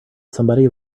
somebody